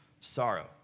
sorrow